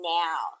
now